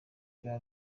bya